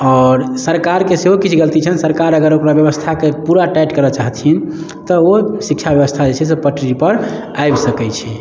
आओर सरकारके सेहो किछु गलती छनि सरकार अगर ओकरा बेबस्थाके पूरा टाइट करऽ चाहथिन तऽ ओ शिक्षा बेबस्था जे छै से पटरीपर आबि सकै छै